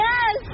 Yes